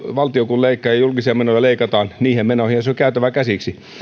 valtio leikkaa ja julkisia menoja leikataan niihin menoihinhan se on käytävä käsiksi